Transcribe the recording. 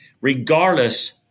regardless